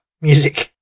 music